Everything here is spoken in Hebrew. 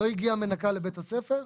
לא הגיעה מנקה לבית הספר,